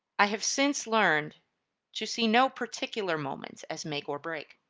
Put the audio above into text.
i have since learned to see no particular moment as make or break.